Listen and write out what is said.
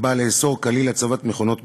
הבאה לאסור כליל הצבת מכונות מזל.